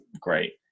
great